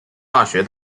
大学